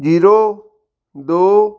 zero ਦੋ